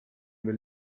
veel